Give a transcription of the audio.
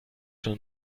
schon